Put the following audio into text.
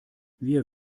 wir